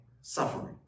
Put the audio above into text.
suffering